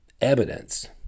evidence